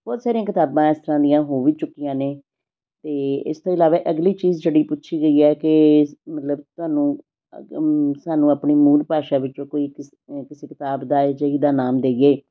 ਬਹੁਤ ਸਾਰੀਆਂ ਕਿਤਾਬਾਂ ਇਸ ਤਰ੍ਹਾਂ ਦੀਆਂ ਹੋ ਵੀ ਚੁੱਕੀਆਂ ਨੇ ਅਤੇ ਇਸ ਤੋਂ ਇਲਾਵਾ ਅਗਲੀ ਚੀਜ਼ ਜਿਹੜੀ ਪੁੱਛੀ ਗਈ ਹੈ ਕਿ ਮਤਲਬ ਤੁਹਾਨੂੰ ਸਾਨੂੰ ਆਪਣੀ ਮੂਲ ਭਾਸ਼ਾ ਵਿੱਚੋਂ ਕੋਈ ਕਿਸ ਕਿਸੇ ਕਿਤਾਬ ਦਾ ਅਜਿਹੀ ਦਾ ਨਾਮ ਦੇਈਏ